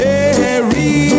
Mary